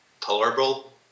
tolerable